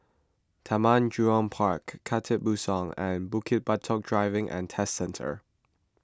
Taman Jurong Park Khatib Bongsu and Bukit Batok Driving and Test Centre